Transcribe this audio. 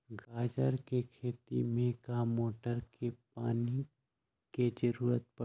गाजर के खेती में का मोटर के पानी के ज़रूरत परी?